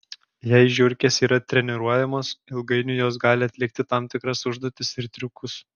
jei žiurkės yra treniruojamos ilgainiui jos gali atlikti tam tikras užduotis ir triukus